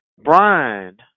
Brian